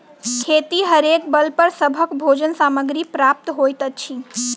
खेतिहरेक बल पर सभक भोजन सामग्री प्राप्त होइत अछि